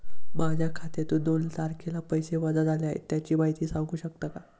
माझ्या खात्यातून दोन तारखेला पैसे वजा झाले आहेत त्याची माहिती सांगू शकता का?